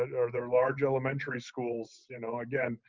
or there are large elementary schools. you know again,